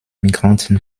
migranten